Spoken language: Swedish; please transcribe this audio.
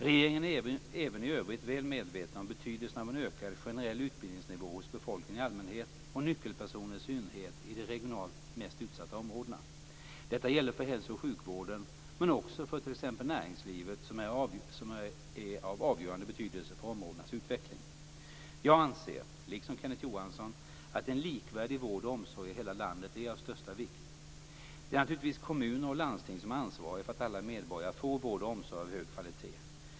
Regeringen är även i övrigt väl medveten om betydelsen av en ökad generell utbildningsnivå hos befolkningen i allmänhet och hos nyckelpersoner i synnerhet i de regionalt mest utsatta områdena. Detta gäller för hälso och sjukvården, men också för t.ex. näringslivet, som är av avgörande betydelse för områdenas utveckling. Jag anser, liksom Kenneth Johansson, att en likvärdig vård och omsorg i hela landet är av största vikt. Det är naturligtvis kommuner och landsting som är ansvariga för att alla medborgare får vård och omsorg av hög kvalitet.